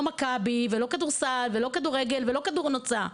מכבי ולא כדורסל ולא כדורגל ולא כדור נוצה,